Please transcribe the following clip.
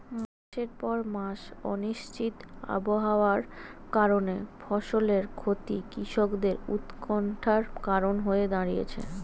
মাসের পর মাস অনিশ্চিত আবহাওয়ার কারণে ফসলের ক্ষতি কৃষকদের উৎকন্ঠার কারণ হয়ে দাঁড়িয়েছে